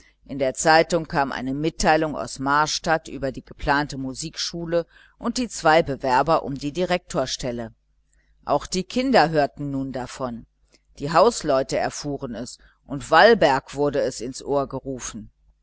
in der zeitung kam eine notiz aus marstadt über die geplante musikschule und die zwei bewerber um die direktorstelle auch die kinder hörten nun davon die hausleute erfuhren es und walburg wurde es ins ohr gerufen